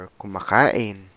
kumakain